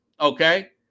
Okay